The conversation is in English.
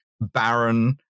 barren